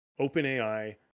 OpenAI